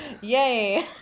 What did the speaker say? yay